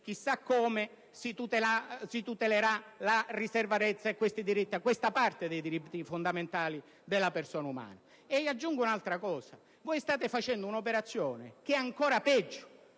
chissà come, si tuteleranno la riservatezza e questa parte dei diritti fondamentali della persona umana. Voi state facendo un'operazione che è ancora peggiore,